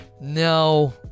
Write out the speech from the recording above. no